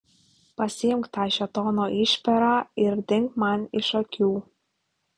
pasiimk tą šėtono išperą ir dink man iš akių